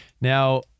Now